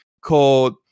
called